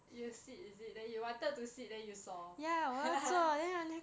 you sit is it then you wanted to sit then you saw